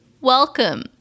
Welcome